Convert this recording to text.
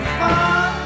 fun